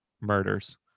murders